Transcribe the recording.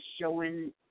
showing